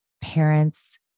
parents